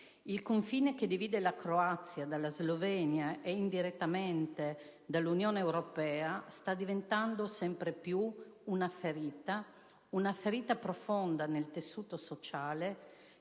Il confine che divide la Croazia dalla Slovenia e, indirettamente, dall'Unione europea sta diventando sempre più una ferita, una ferita profonda nel tessuto sociale,